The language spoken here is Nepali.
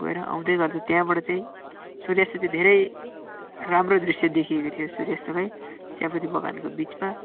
गएर आउँदै गर्दा त्यहाँबाट चाहिँ सूर्यास्त चाहिँ धेरै राम्रो दृश्य देखिएको थियो सूर्यास्तको है च्यापत्ती बगानको बिचमा